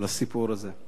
לסיפור הזה.